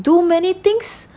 do many things